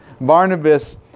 Barnabas